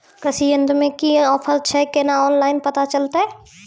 कृषि यंत्र मे की ऑफर छै केना ऑनलाइन पता चलतै?